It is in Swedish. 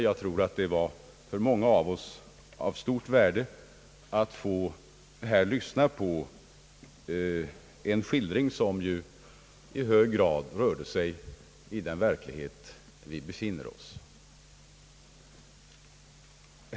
Jag tror att det för många av oss var av stort värde att här få lyssna på en skildring, som rörde sig i den verklighet där vi befinner oss.